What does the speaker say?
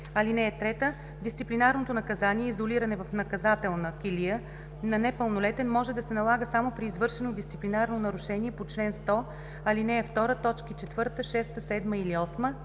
ал. 3: „(3) Дисциплинарното наказание изолиране в наказателна килия на непълнолетен може да се налага само при извършено дисциплинарно нарушение по чл. 100, ал. 2, т.